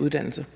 uddannelser.